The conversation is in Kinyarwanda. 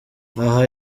aha